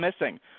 missing